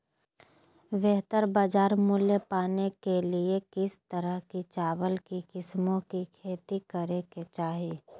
बेहतर बाजार मूल्य पाने के लिए किस तरह की चावल की किस्मों की खेती करे के चाहि?